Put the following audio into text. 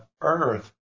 earth